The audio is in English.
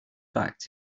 fact